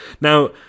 Now